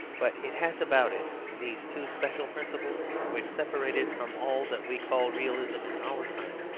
but it has about it these two special principles which separate it from all that we call realism in our time.